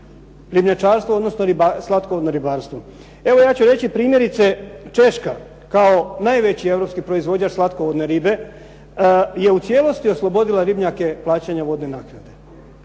ribnjačarstvo, odnosno slatkovodno ribarstvo. Evo ja ću reći primjerice Češka, kao najveći europski proizvođač slatkovodne ribe, je u cijelosti oslobodila ribnjake plaćanja vodne naknade.